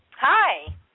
Hi